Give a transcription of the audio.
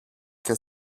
και